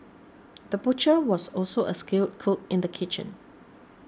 the butcher was also a skilled cook in the kitchen